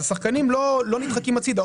אז השחקנים לא נדחקים הצידה.